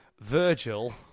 Virgil